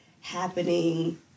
happening